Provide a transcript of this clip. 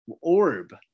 orb